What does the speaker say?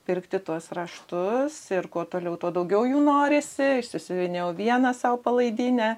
pirkti tuos raštus ir kuo toliau tuo daugiau jų norisi išsisiuvinėjau vieną sau palaidinę